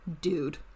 dude